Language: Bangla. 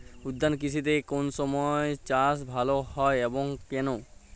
উদ্যান কৃষিতে কোন সময় চাষ ভালো হয় এবং কেনো?